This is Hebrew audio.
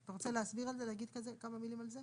אתה רוצה להסביר על זה, להגיד כמה מילים על זה?